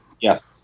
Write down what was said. Yes